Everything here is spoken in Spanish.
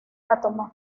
átomo